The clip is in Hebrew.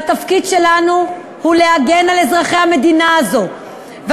והתפקיד שלנו הוא להגן על אזרחי המדינה הזאת,